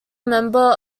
member